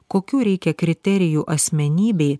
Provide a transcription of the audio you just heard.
kokių reikia kriterijų asmenybei